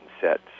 set